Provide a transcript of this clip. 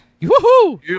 Woohoo